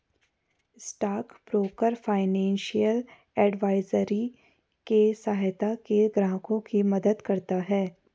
stock broker financial advisory के सहायता से ग्राहकों की मदद करता है